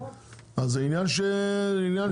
אז זה עניין של זה,